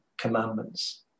commandments